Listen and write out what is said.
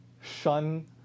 shun